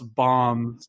bombs